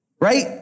right